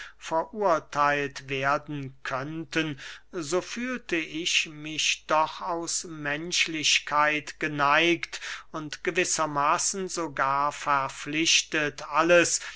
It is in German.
verurtheilt werden könnten so fühlte ich mich doch aus menschlichkeit geneigt und gewisser maßen sogar verpflichtet alles